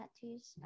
tattoos